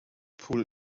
pool